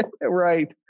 Right